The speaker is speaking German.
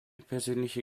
persönliche